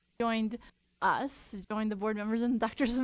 joined us, joined the board members and dr so